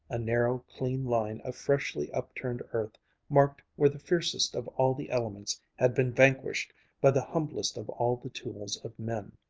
a narrow, clean line of freshly upturned earth marked where the fiercest of all the elements had been vanquished by the humblest of all the tools of men.